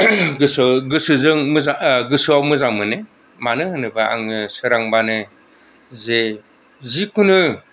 गोसोआव मोजां मोनो मानोहोनोबा आङो सोरांबानो जे जिखुनु